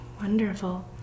Wonderful